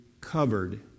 covered